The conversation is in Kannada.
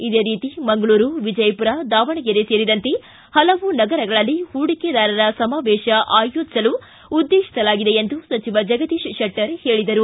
ಇದೇ ರೀತಿ ಮಂಗಳೂರು ವಿಜಯಪುರ ದಾವಣಗೆರೆ ಸೇರಿದಂತೆ ಹಲವು ನಗರಗಳಲ್ಲಿ ಹೂಡಿಕೆದಾರರ ಸಮಾವೇತ ಆಯೋಜಿಸಲು ಉದ್ದೇತಿಸಲಾಗಿದೆ ಎಂದು ಸಚಿವ ಜಗದೀಶ್ ಶೆಟ್ಟರ್ ಹೇಳಿದರು